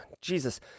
Jesus